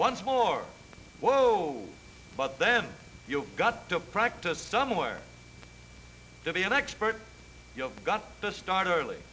once more but then you got to practice somewhere to be an expert you have got to start early